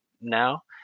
now